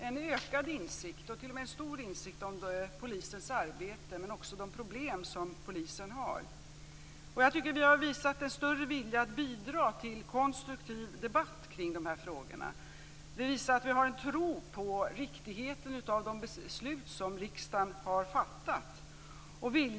en ökad och t.o.m. stor insikt om polisens arbete men också om de problem polisen har. Vi har visat en större vilja att bidra till konstruktiv debatt kring dessa frågor. Vi har visat att vi har en tro på riktigheten i de beslut som riksdagen har fattat.